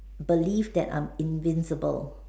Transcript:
belief that I'm invincible